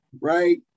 right